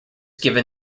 given